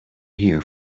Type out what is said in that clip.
here